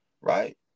right